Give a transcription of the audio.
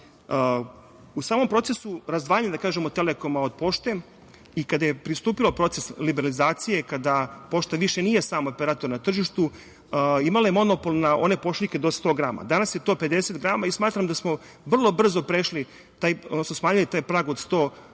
U samom procesu razdvajanje „Telekoma“ od „Pošte“ i kada je pristupila proces liberalizacije, kada „Pošta“ više nije sam operator na tržištu imala je monopol na one pošiljke do 100 grama. Danas je do 50 grama. Smatram da smo vrlo brzo smanjili taj prag od 100 grama